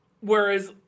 whereas